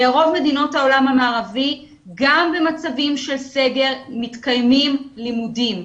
ברוב מדינות העולם המערבי גם במצבים של סגר מתקיימים לימודים.